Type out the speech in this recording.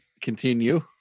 Continue